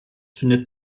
findet